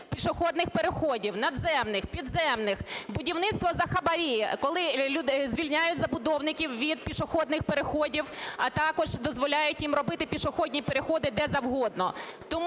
пішохідних переходів, надземних, підземних, будівництво за хабарі, коли звільняють забудовників від пішохідних переходів, а також дозволяють їм робити пішохідні переходи де завгодно.